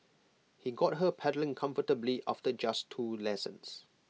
he got her pedalling comfortably after just two lessons